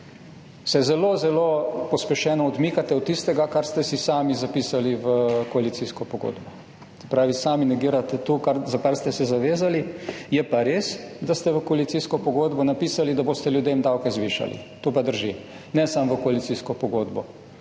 se zelo zelo pospešeno odmikate od tistega, kar ste si sami zapisali v koalicijsko pogodbo. Se pravi, sami negirate to, za kar ste se zavezali. Je pa res, da ste v koalicijsko pogodbo napisali, da boste ljudem davke zvišali. To pa drži. Ne samo v koalicijsko pogodbo,